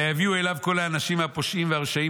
ויבואו אליו כל האנשים הפושעים והרשעים